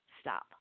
Stop